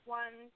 one